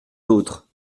d’autres